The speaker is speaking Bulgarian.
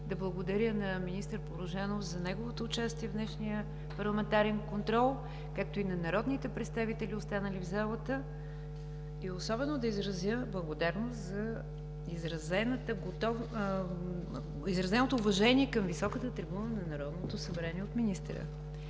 да благодаря на министър Порожанов за неговото участие в днешния парламентарен контрол, както и на народните представители, останали в залата, и особено да изразя благодарност за изразеното уважение към високата трибуна на Народното събрание от министъра.